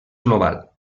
global